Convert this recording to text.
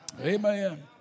Amen